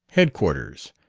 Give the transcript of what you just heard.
headquarters.